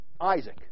Isaac